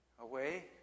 away